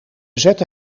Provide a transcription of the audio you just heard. zette